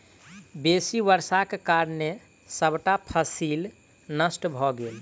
बेसी वर्षाक कारणें सबटा फसिल नष्ट भ गेल